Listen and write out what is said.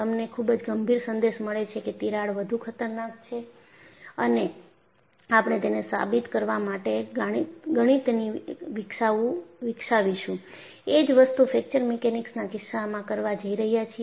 તમને ખુબ જ ગંભીર સંદેશ મળે છે કે તિરાડ વધુ ખતરનાક છે અને આપણે તેને સાબિત કરવા માટે ગણિતને વિકસાવીશું એ જ વસ્તુ ફ્રેકચર મિકેનિક્સના કિસ્સામાં કરવા જઈ રહ્યા છીએ